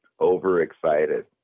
overexcited